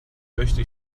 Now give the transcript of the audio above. möchte